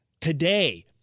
Today